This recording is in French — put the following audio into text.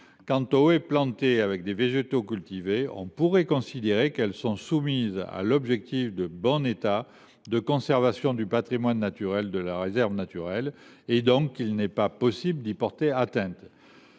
Quant aux haies composées de végétaux cultivés, on pourrait considérer qu’elles sont soumises à l’objectif de bon état de conservation du patrimoine naturel de la réserve naturelle, et qu’il n’est, partant, pas possible d’y porter atteinte.